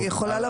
ברור.